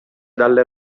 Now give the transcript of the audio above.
dalle